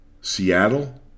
Seattle